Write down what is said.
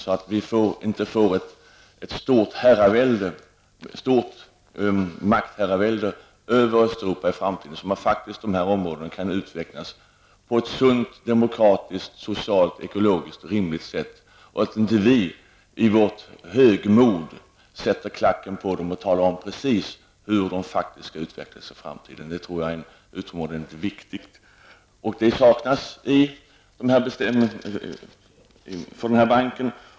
Östeuropa får inte riskera att få ett stort maktherravälde över sig i framtiden, utan dessa områden skall utvecklas på ett sunt, demokratiskt, socialt och ekologiskt rimligt sätt. Vi får inte i vårt högmod sätta klacken på dem och tala om precis hur de faktiskt skall utvecklas i framtiden. Det tror jag är utomordentligt viktigt. En insikt har saknats i denna bank.